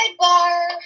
sidebar